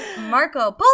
Marco